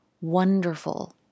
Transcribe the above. wonderful